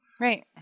Right